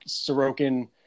Sorokin